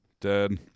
dead